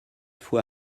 fois